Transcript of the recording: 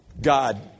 God